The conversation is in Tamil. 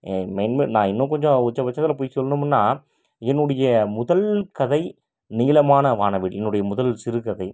நான் இன்னும் கொஞ்சம் உச்சபட்சத்தில் போய் சொல்லணுமுன்னா என்னுடைய முதல் கதை நீளமான வானவில் என்னுடைய முதல் சிறுகதை